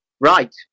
right